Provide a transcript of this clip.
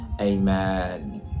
amen